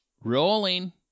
Rolling